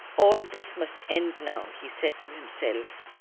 all this must end now! he said to himself,